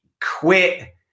quit